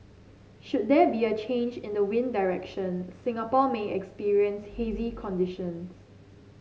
should there be a change in the wind direction Singapore may experience hazy conditions